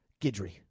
Gidry